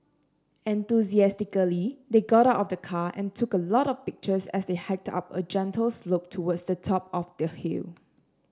enthusiastically they got out of the car and took a lot of pictures as they hiked up a gentle slope towards the top of the hill